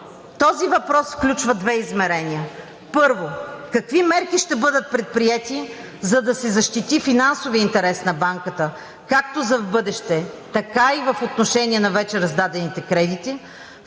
Този въпрос включва две измерения. Първо, какви мерки ще бъдат предприети, за да се защити финансовият интерес на банката както за в бъдеще, така и в отношение на вече раздадените кредити.